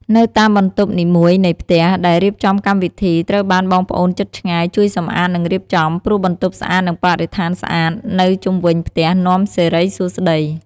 នៅតាមបន្ទប់នីមួយនៃផ្ទះដែលរៀបចំកម្មវិធីត្រូវបានបងប្អូនជិតឆ្ងាយជួយសម្អាតនិងរៀបចំព្រោះបន្ទប់ស្អាតនិងបរិស្ថានស្អាតនៅជុំវិញផ្ទះនាំសិរីសួស្តី។